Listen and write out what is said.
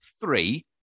three